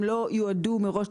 הם יועדו מראש,